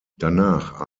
danach